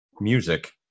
music